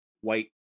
white